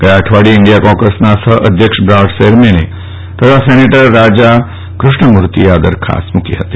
ગયા અઠવાડિયે ઇન્ડિયા કોકસના સહઅધ્યક્ષ બ્રાડ શેરમેને તથા સેનેટર રાજા ક્રષ્ણમૂર્તિએ આ દરખાસ્ત મૂકી હતી